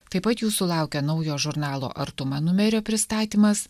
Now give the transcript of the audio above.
taip pat jūsų laukia naujo žurnalo artuma numerio pristatymas